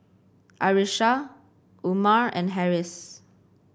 Arissa Umar and Harris